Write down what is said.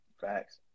Facts